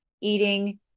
eating